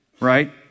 Right